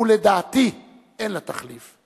ולדעתי אין לה תחליף,